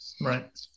Right